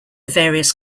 various